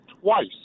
twice